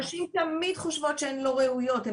נשים תמיד חושבות שהן לא ראויות,